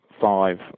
five